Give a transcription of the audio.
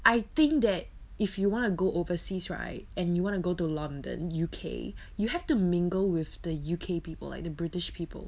I think that if you want to go overseas right and you want to go to london U_K you have to mingle with the U_K people like the british people